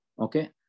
Okay